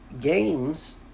games